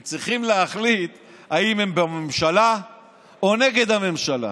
הם צריכים להחליט אם הם בממשלה או נגד הממשלה.